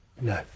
No